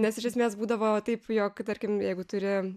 nes iš esmės būdavo taip jog tarkim jeigu turi